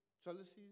Jealousies